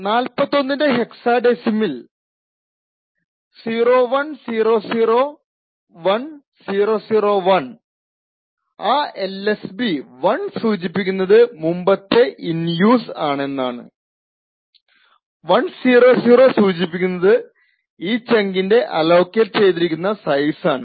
49 ൻറെ ഹെക്ക്സാഡെസിമൽ 01001001 ആ LSB 1 സൂചിപ്പിക്കുന്നത് മുമ്പത്തെ ഇൻ യൂസ് ആണെന്നാണ് 100 സൂചിപ്പിക്കുന്നത് ഈ ചങ്കിന് അലോക്കേറ്റ് ചെയ്തിരിക്കുന്ന സൈസ് ആണ്